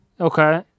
Okay